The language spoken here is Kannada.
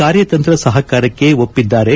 ಕಾರ್ಯತಂತ್ರ ಸಹಕಾರಕ್ಕೆ ಒಪ್ಪಿದ್ದಾರೆ